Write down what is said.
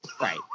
Right